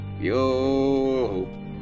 yo